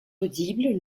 audibles